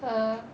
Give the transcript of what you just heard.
err